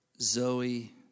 Zoe